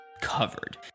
covered